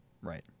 Right